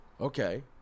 okay